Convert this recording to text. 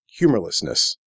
humorlessness